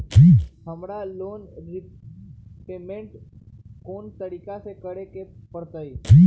हमरा loan repayment कोन तारीख के करे के परतई?